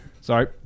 Sorry